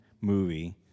movie